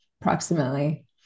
approximately